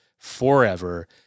forever